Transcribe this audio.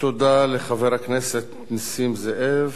תודה לחבר הכנסת נסים זאב.